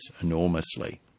enormously